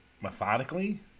methodically